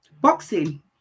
boxing